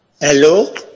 Hello